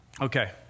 Okay